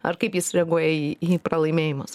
ar kaip jis reaguoja į į pralaimėjimus